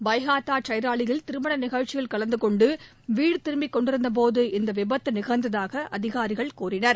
பைஹாத்தா சியாலியில் திருமண நிகழ்ச்சியில் கலந்து கொண்டு வீடு திரும்பிக் கொண்டிருந்தபோது இந்த விபத்து நிகழ்ந்ததாக அதிகாரிகள் கூறினர்